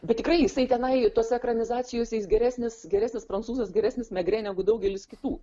bet tikrai jisai tenai tose ekranizacijose jis geresnis geresnis prancūzas geresnis megrė negu daugelis kitų